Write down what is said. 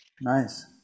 nice